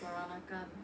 peranakan